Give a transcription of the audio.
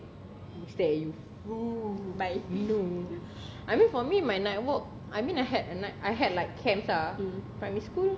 he stare at you no I mean for me my night walk I mean I had a ni~ I had like camps lah primary school